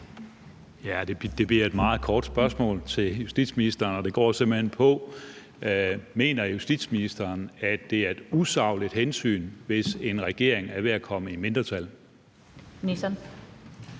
Det bliver et meget kort spørgsmål til justitsministeren, og det lyder: Mener justitsministeren, at det er et usagligt hensyn, hvis en regering er ved at komme i mindretal? Kl.